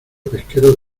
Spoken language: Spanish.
pesqueros